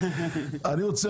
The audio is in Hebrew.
אני רוצה